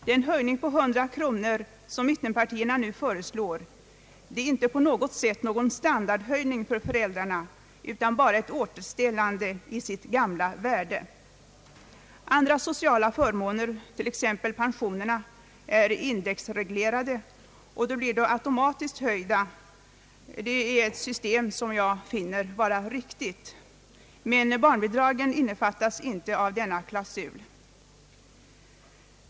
Den höjning på 100 kronor, som mittenpartierna nu föreslår innebär inte på något sätt en standardhöjning för föräldrarna utan bara ett återställande av barnbidraget i sitt gamla värde. Andra sociala förmåner, t.ex. pensionerna, är indexreglerade och blir då automatiskt höjda, vilket är ett system som jag finner vara riktigt, men barnbidragen innefattas inte i denna klausul.